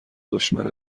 دشمن